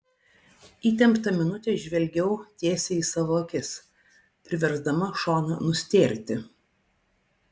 įtemptą minutę žvelgiau tiesiai į savo akis priversdama šoną nustėrti